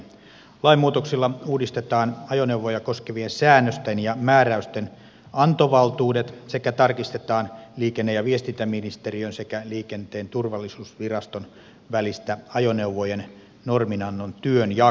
lainmuutoksilla uudistetaan ajoneuvoja koskevien säännösten ja määräysten antovaltuudet sekä tarkistetaan liikenne ja viestintäministeriön sekä liikenteen turvallisuusviraston välistä ajoneuvojen norminannon työnjakoa